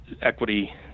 equity